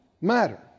matter